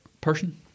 person